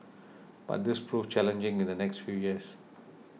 but this proved challenging in the next few years